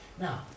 now